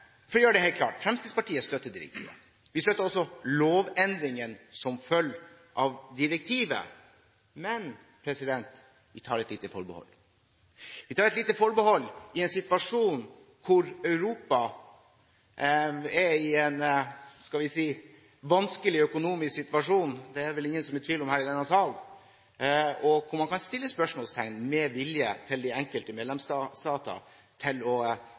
For å gjøre det helt klart: Fremskrittspartiet støtter direktivet. Vi støtter også lovendringen som følger av direktivet, men vi tar et lite forbehold. Vi tar et lite forbehold i en situasjon hvor Europa er i en vanskelig økonomisk situasjon – det er det vel ingen som er i tvil om i denne salen – hvor man kan sette spørsmålstegn ved viljen hos de enkelte medlemsstatene til å